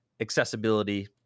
accessibility